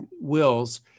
wills